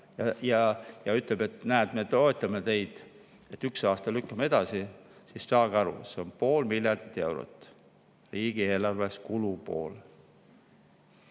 ja ütleb, et näed, me toetame teid, üks aasta lükkame edasi. Aga saage aru, see pool miljardit eurot on riigieelarves kulupoolel.